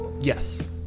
Yes